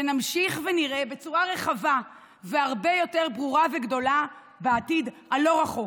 ונמשיך ונראה בצורה רחבה והרבה יותר ברורה וגדולה בעתיד הלא-רחוק.